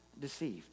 deceived